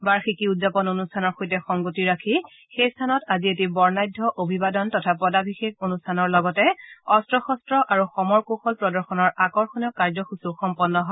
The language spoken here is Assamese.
বাৰ্ষিকী উদযাপন অনুষ্ঠানৰ সৈতে সংগতি ৰাখি সেই স্থানত আজি এটি বৰ্ণাঢ্য অভিবাদন তথা পদাভিষেক অনুষ্ঠানৰ লগতে অস্ত্ৰ শস্ত্ৰ আৰু সমৰ কৌশল প্ৰদৰ্শনৰ আকৰ্ষণীয় কাৰ্যসূচীও সম্পন্ন হয়